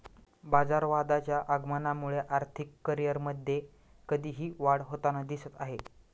बाजारवादाच्या आगमनामुळे आर्थिक करिअरमध्ये कधीही वाढ होताना दिसत आहे